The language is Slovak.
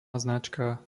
značka